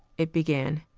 it began,